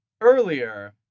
Earlier